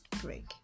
break